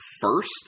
first